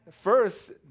first